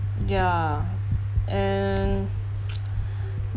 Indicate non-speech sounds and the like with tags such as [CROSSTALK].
ya and [NOISE]